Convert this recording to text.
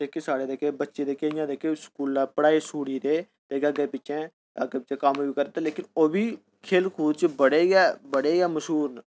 जेह्के साढ़े जेह्के बच्चे जियां स्कूला पढाई छोड़ी गेदे अग्गे पिच्छे अग्गे पिच्छे कम्म कुम्म करदे न लेकि्न ओह्बी खेल कूद च बड़े गै बड़े गै मश्हूर न